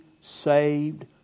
saved